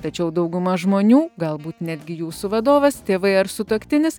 tačiau dauguma žmonių galbūt netgi jūsų vadovas tėvai ar sutuoktinis